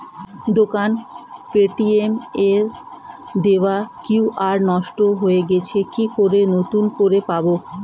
দোকানের পেটিএম এর দেওয়া কিউ.আর নষ্ট হয়ে গেছে কি করে নতুন করে পাবো?